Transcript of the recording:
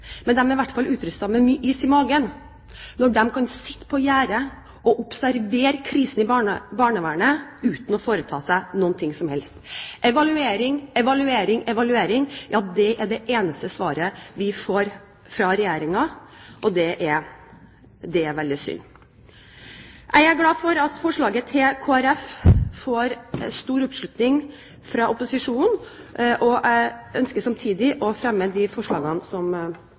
men de er i hvert fall utrustet med mye is i magen når de kan sitte på gjerdet og observere krisen i barnevernet uten å foreta seg noe som helst. Evaluering, evaluering og evaluering er det eneste svaret vi får fra Regjeringen, og det er veldig synd. Jeg er glad for at forslaget til Kristelig Folkeparti får stor oppslutning fra opposisjonen. Jeg ønsker samtidig å fremme det forslaget som